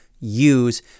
use